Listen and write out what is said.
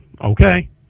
okay